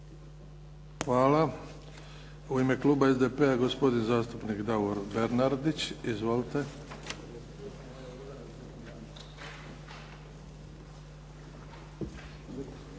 Hvala. U ime kluba SDP-a, gospodin zastupnik Davor Bernardić. Izvolite.